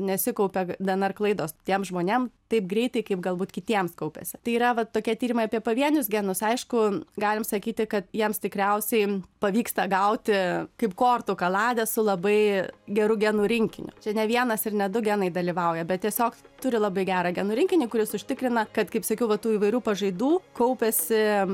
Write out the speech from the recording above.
nesikaupia dnr klaidos tiem žmonėm taip greitai kaip galbūt kitiems kaupiasi tai yra va tokie tyrimai apie pavienius genus aišku galim sakyti kad jiems tikriausiai pavyksta gauti kaip kortų kaladę su labai geru genų rinkiniu čia ne vienas ir ne du genai dalyvauja bet tiesiog turi labai gerą genų rinkinį kuris užtikrina kad kaip sakiau va tų įvairių pažaidų kaupiasi